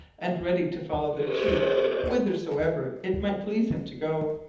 and ready to follow their chief whithersoever it might please him to go.